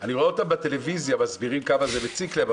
אני רואה אותם בטלוויזיה מסבירים כמה זה מציק להם,